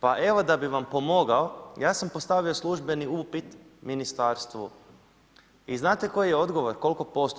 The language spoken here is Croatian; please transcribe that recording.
Pa evo da bih vam pomogao, ja sam postavio službeni upit ministarstvu i znate koji je odgovor? koliko post?